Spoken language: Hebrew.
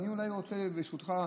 ברשותך,